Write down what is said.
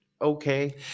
Okay